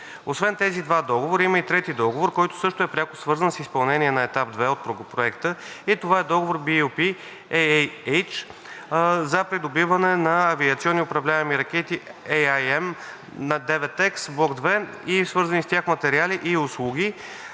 Освен тези два договора има и трети договор, който също е пряко свързан с изпълнение на Етап 2 от проекта, и това е договор BU-P-AAH за придобиване на авиационни управляеми ракети AIM 9Х Block II и свързани с тях материали и услуги.